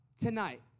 tonight